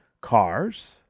cars